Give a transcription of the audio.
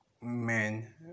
men